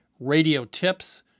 radiotips